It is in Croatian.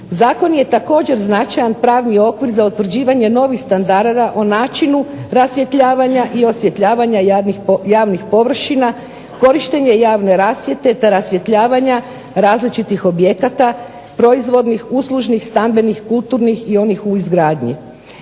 Zakon je također značajan pravni okvir za utvrđivanje novih standarda o načinu rasvjetljavanja i osvjetljavanja javnih površina, korištenje javne rasvjete, te rasvjetljavanja različitih objekata, proizvodnih, uslužnih, stambenih i onih u izgradnji.